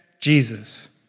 Jesus